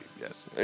yes